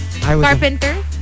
Carpenter